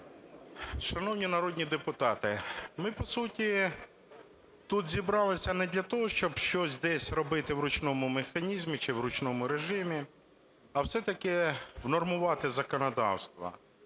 Шановні народні депутати, ми по суті тут зібралися не для того, щоб щось десь робити в ручному механізмі чи в ручному режимі, а все-таки внормувати законодавство.